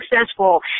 successful